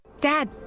Dad